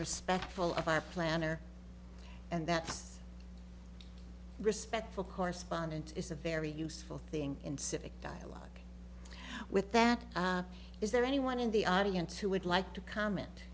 respectful of our planner and that's respectful correspondent is a very useful thing in civic dialogue with that is there anyone in the audience who would like to comment